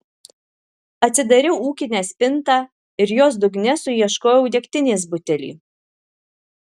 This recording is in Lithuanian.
atsidariau ūkinę spintą ir jos dugne suieškojau degtinės butelį